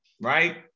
right